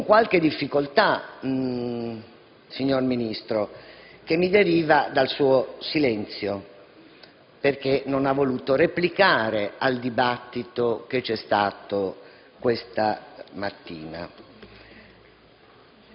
con qualche difficoltà che mi deriva dal suo silenzio, perché non ha voluto replicare al dibattito che c'è stato questa mattina.